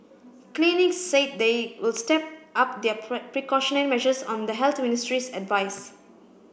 clinics said they will step up their precautionary measures on the Health Ministry's advice